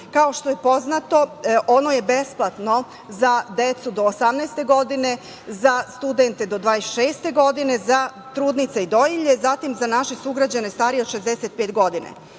kao što je poznato ono je besplatno za decu do 18 godine, za studente do 26 godine, za trudnice i dojilje, zatim za naše sugrađane starije od 65